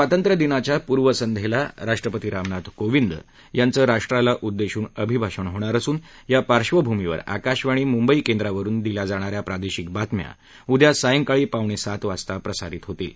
स्वातंत्र्यदिनाच्या पूर्व संध्येला राष्ट्रपती रामनाथ कोविंद यांचं राष्ट्राला उद्देशून अभिभाषण होणार असून या पार्श्वभूमीवर आकाशवाणी मुंबई केंद्रावरुन दिल्या जाणा या प्रादेशिक बातम्या उद्या सायंकाळी पावणेसात वाजता प्रसारित होतील